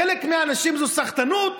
לחלק מהאנשים זו סחטנות,